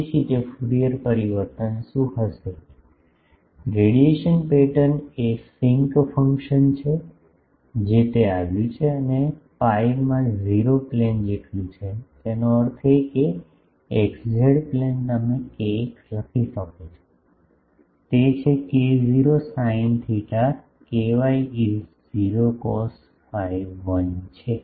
તેથી તે ફ્યુરિયર પરિવર્તન શું હશે રેડિયેશન પેટર્ન એ સિંક ફંક્શન છે જે તે આવ્યું છે અને પાઇમાં 0 પ્લેન જેટલું છે તેનો અર્થ એ કે xz પ્લેન તમે kx લખી શકો છો તે છે k0 sin theta ky is 0 cos phi 1 છે